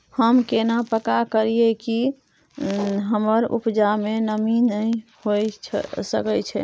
हम केना पक्का करियै कि हमर उपजा में नमी नय होय सके छै?